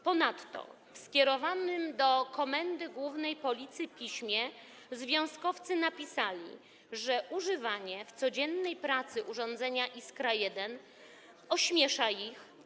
Ponadto w skierowanym do Komendy Głównej Policji piśmie związkowcy napisali, że używanie w codziennej pracy urządzenia Iskra-1 ośmiesza ich.